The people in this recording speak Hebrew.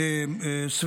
איך נגיד,